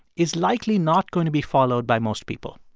is likely not going to be followed by most people.